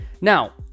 Now